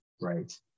right